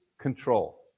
control